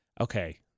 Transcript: okay